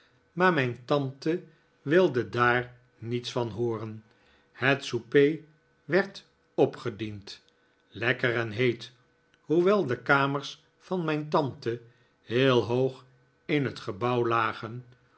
maar mijn tante wilde daar niets van hooren het souper werd opgediend lekker en heet hoewel de kamers van mijn tante heel hoog in het gebouw lagen